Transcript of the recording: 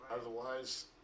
Otherwise